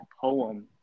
poem